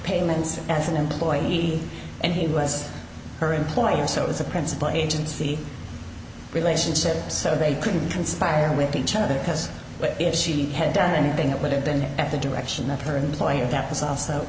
payments as an employee and he was her employer so it was a principal agency relationship so they couldn't conspire with each other because if she had done anything that would have been at the direction of her employer that was also